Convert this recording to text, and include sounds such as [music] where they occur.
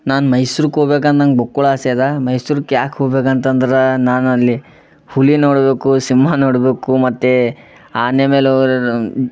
ನಾನು ಮೈಸೂರ್ಗ್ ಹೋಗ್ಬೇಕಂತ ನಂಗೆ ಬುಕ್ಕುಳ್ ಆಸೆ ಇದೆ ಮೈಸೂರ್ಗ್ ಯಾಕೆ ಹೋಬೇಕಂತಂದ್ರೆ ನಾನು ಅಲ್ಲಿ ಹುಲಿ ನೋಡಬೇಕು ಸಿಂಹ ನೋಡಬೇಕು ಮತ್ತು ಆನೆ ಮೇಲೆ [unintelligible]